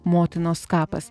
motinos kapas